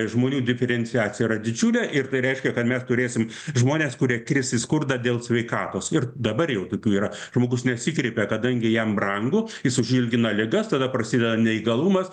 žmonių diferenciacija yra didžiulė ir tai reiškia kad mes turėsim žmones kurie kris į skurdą dėl sveikatos ir dabar jau tokių yra žmogus nesikreipia kadangi jam brangu jis užilgina ligas tada prasideda neįgalumas